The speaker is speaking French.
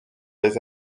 les